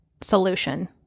solution